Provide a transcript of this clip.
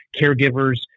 caregivers